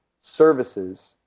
services